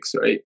right